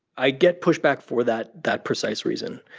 i get pushback for that that precise reason.